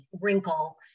wrinkle